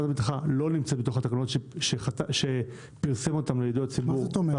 המדרכה לא נמצאת בתקנות שהשר לביטחון פנים פרסם אותן להערות הציבור.